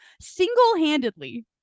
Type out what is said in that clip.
single-handedly